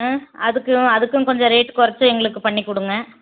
ம் அதுக்கும் அதுக்கும் கொஞ்சம் ரேட் குறைச்சி எங்களுக்கு பண்ணிக்கொடுங்க